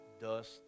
dust